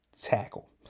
tackle